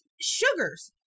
sugars